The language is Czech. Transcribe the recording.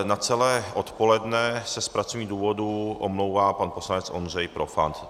Na celé odpoledne se z pracovních důvodů omlouvá pan poslanec Ondřej Profant.